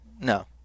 No